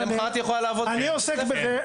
אני עוסק בזה.